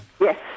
Yes